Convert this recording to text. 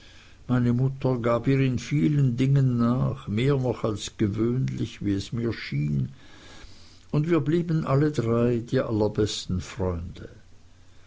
meine mutter gab ihr in sehr vielen dingen nach mehr noch als gewöhnlich wie mir schien und wir blieben alle drei die allerbesten freunde